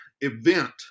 event